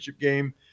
game